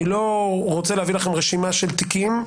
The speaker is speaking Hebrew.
אני לא רוצה להביא לכם רשימה של תיקים,